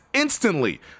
Instantly